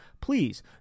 Please